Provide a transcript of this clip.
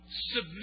submit